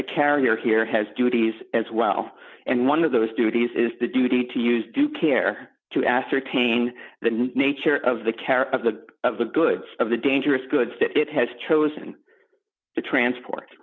the carrier here has duties as well and one of those duties is the duty to use due care to ascertain the nature of the care of the of the goods of the dangerous goods that it has chosen to transport